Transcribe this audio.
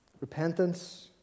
Repentance